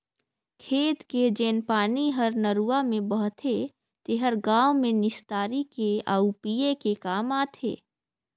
खेत के जेन पानी हर नरूवा में बहथे तेहर गांव में निस्तारी के आउ पिए के काम आथे